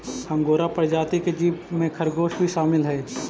angora प्रजाति के जीव में खरगोश भी शामिल हई